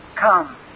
come